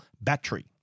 battery